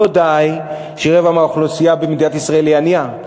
לא די שרבע מהאוכלוסייה במדינת ישראל היא ענייה.